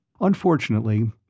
Unfortunately